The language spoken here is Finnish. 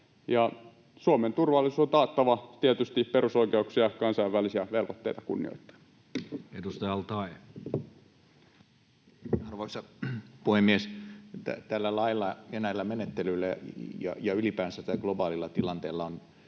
Suomen turvallisuus on taattava, tietysti perusoikeuksia ja kansainvälisiä velvoitteita kunnioittaen. Edustaja al-Taee. Arvoisa puhemies! Tällä lailla ja näillä menettelyillä ja ylipäänsä tällä globaalilla tilanteella on